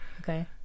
Okay